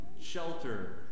shelter